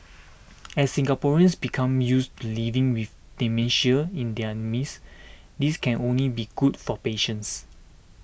as Singaporeans become used to living with dementia in their midst this can only be good for patients